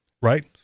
Right